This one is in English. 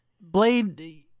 blade